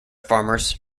farmers